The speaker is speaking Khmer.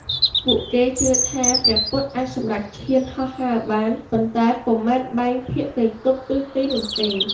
ពួកគេជឿថាព្រះពុទ្ធអាចសម្រេចឈានហោះហើរបាន ប៉ុន្តែពុំមែនបែងភាគទៅគ្រប់ទិសទីនោះទេ។